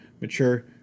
mature